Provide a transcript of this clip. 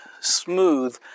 smooth